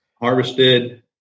harvested